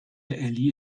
elli